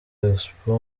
expo